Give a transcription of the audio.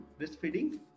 breastfeeding